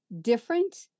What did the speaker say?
different